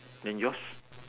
then yours